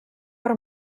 per